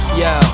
yo